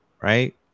right